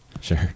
Sure